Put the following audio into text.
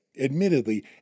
admittedly